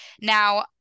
Now